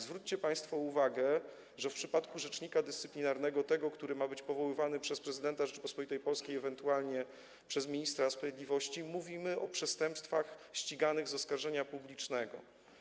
Zwróćcie państwo uwagę na to, że w przypadku rzecznika dyscyplinarnego, tego, który ma być powoływany przez prezydenta Rzeczypospolitej Polskiej, ewentualnie przez ministra sprawiedliwości, mówimy o przestępstwach ściganych z oskarżenia publicznego.